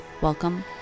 Welcome